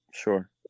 Sure